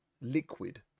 liquid